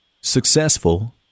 Successful